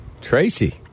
Tracy